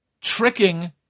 tricking